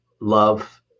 love